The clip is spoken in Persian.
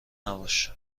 نباش